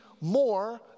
more